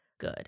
Good